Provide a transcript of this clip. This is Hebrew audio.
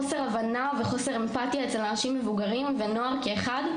חוסר הבנה וחוסר אמפתיה אצל אנשים מבוגרים ונוער כאחד,